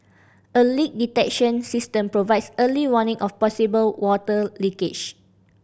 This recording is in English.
a leak detection system provides early warning of possible water leakage